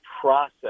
process